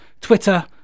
Twitter